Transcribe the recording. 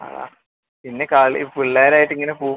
ആ പിന്നെ കളി പിള്ളേരായിട്ട് ഇങ്ങനെ പോവും